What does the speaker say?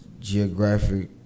geographic